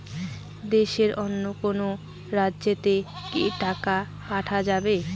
দেশের অন্য কোনো রাজ্য তে কি টাকা পাঠা যাবে?